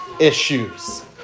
issues